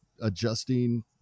adjusting